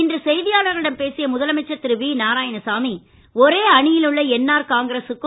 இன்று செய்தியாளர்களிடம் பேசிய முதலமைச்சர் திரு வி நாராயணசாமி ஒரே அணியில் உள்ள என்ஆர் காங்கிரசுக்கும்